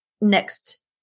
next